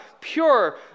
pure